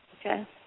Okay